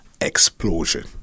explosion